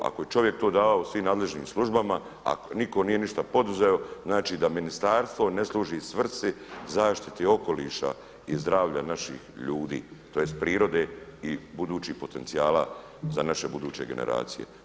Ako je čovjek to dao svim nadležnim službama, a niko nije ništa poduzeo znači da ministarstvo ne služi svrsi zaštiti okoliša i zdravlja naših ljudi tj. prirode i budućih potencijala za naše buduće generacije.